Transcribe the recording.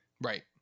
Right